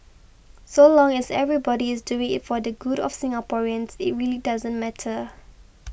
so long as everybody is doing it for the good of Singaporeans it really doesn't matter